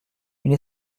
une